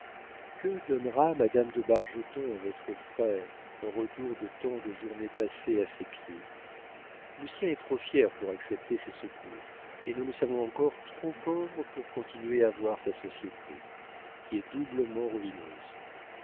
que donnera madame de bargeton à votre frère en retour de tant de journées passées à ses pieds lucien est trop fier pour accepter ses secours et nous le savons encore trop pauvre pour continuer à voir sa société qui est doublement ruineuse